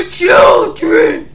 children